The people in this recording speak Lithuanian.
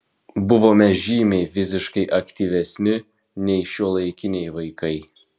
buvome žymiai fiziškai aktyvesni nei šiuolaikiniai vaikai